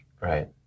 right